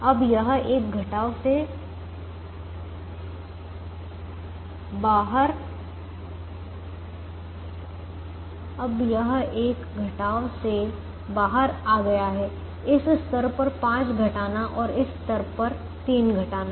अब यह एक घटाव से बाहर आ गया है इस स्तर पर 5 घटाना और इस स्तर पर 3 घटाना